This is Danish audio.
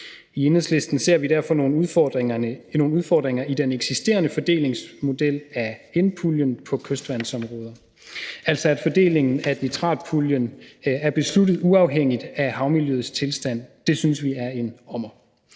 I Enhedslisten ser vi derfor nogle udfordringer i den eksisterende fordelingsmodel af N-puljen på kystvandområder, altså at fordelingen af nitratpuljen er besluttet uafhængigt af havmiljøets tilstand. Det synes vi er en ommer.